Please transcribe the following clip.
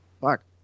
Fuck